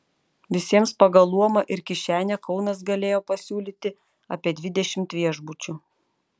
visiems pagal luomą ir kišenę kaunas galėjo pasiūlyti apie dvidešimt viešbučių